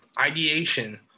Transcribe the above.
ideation